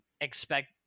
expect